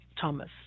Thomas